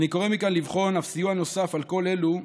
אני קורא מכאן לבחון אף סיוע נוסף על כל אלו,